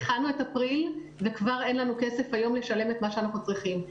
התחלנו את אפריל וכבר אין לנו כסף היום לשלם את מה שאנחנו צריכים.